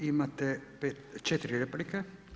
Imate 4 replike.